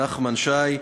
נחמן שי,